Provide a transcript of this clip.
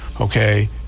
Okay